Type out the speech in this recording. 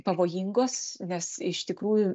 pavojingos nes iš tikrųjų